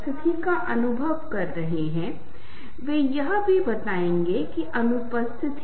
यदि आप हमारे मोबाइल फोन का उदहारण लेते हैं तोह ऐसा क्यों है की हम उसकी रिंगटोन खुद चुनते हैं